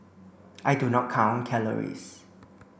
I do not count calories